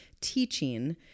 teaching